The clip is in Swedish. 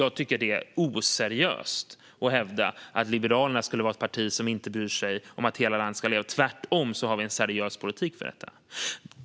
Jag tycker att det är oseriöst att hävda att Liberalerna skulle vara ett parti som inte bryr sig om att hela landet ska leva. Tvärtom har vi en seriös politik för detta.